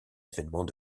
événements